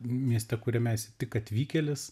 mieste kuriame esi tik atvykėlis